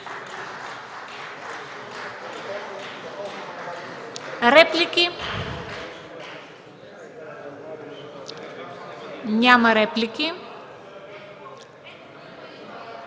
Реплики? Няма реплики.